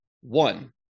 One